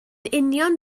union